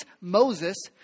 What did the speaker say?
Moses